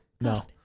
No